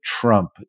Trump